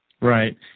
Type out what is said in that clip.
Right